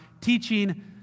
teaching